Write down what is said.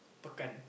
pekan